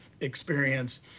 experience